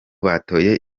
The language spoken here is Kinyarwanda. batoye